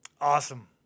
Awesome